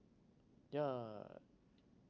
yeah